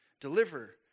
deliver